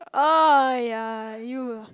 oh yeah you ah